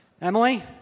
Emily